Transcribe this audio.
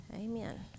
Amen